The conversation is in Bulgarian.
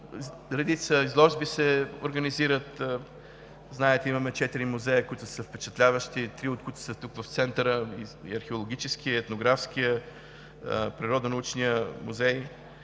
редица изложби се организират. Знаете, че имаме четири музея, които са впечатляващи, три от които са тук в центъра – Археологическият, Ентографският, Природонаучният музей,